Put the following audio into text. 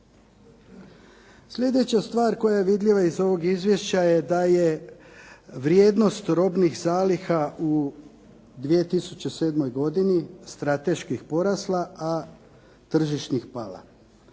Sljedeća stvar koja je vidljiva iz ovog izvješća da je vrijednost robnih zaliha u 2007. godini strateški porasla, a tržišnih pala,